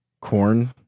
corn